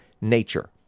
nature